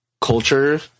culture